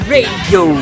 Radio